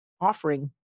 offering